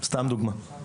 סתם לדוגמה.